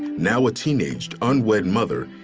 now a teenaged unwed mother,